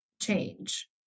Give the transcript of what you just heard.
change